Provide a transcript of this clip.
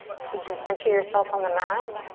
so you can center yourself on the mat.